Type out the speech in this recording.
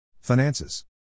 Finances